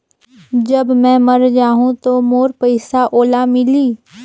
जब मै मर जाहूं तो मोर पइसा ओला मिली?